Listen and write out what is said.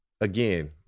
again